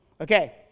okay